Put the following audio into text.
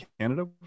Canada